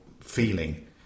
feeling